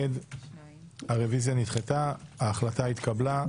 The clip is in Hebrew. הצבעה בעד, 1 הרביזיה נדחתה, ההחלטה התקבלה.